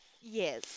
Yes